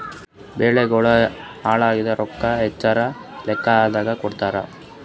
ಬೆಳಿಗೋಳ ಹಾಳಾಗಿದ ರೊಕ್ಕಾ ಎಕರ ಲೆಕ್ಕಾದಾಗ ಕೊಡುತ್ತಾರ?